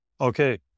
Okay